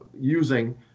using